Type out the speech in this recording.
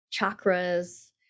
chakras